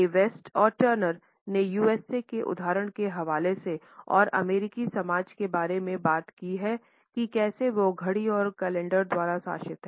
ए West और Turner ने USA के उदाहरण के हवाले से और अमेरिकी समाज के बारे में बात की है कि कैसे वो घड़ी और कैलेंडर द्वारा शासित हैं